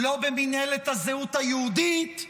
לא במינהלת הזהות היהודית,